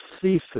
seafood